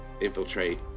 infiltrate